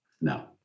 No